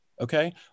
okay